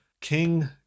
king